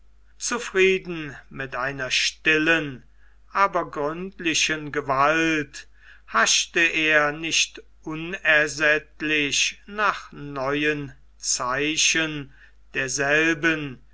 zufrieden mit einer stillen aber gründlichen gewalt haschte er nicht unersättlich nach neuen zeichen derselben